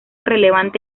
relevante